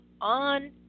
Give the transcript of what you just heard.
on